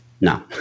no